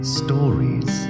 stories